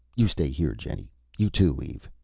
you stay here, jenny you too, eve!